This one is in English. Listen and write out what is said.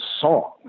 song